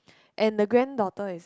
and the granddaughter is